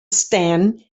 stan